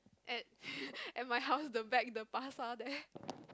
at at my house the back the pasar there